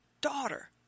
daughter